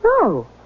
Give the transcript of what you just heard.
No